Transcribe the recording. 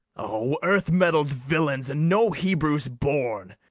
o earth-mettled villains, and no hebrews born!